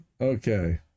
Okay